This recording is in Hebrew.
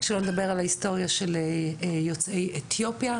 שלא נדבר על ההיסטוריה של יוצאי אתיופיה,